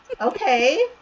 okay